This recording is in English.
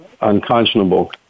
unconscionable